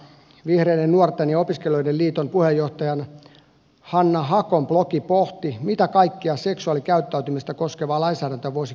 vihreiden nuorten ja opiskelijoiden liiton puheenjohtajan hanna hakon blogi pohti mitä kaikkea seksuaalikäyttäytymistä koskevaa lainsäädäntöä voisi kyseenalaistaa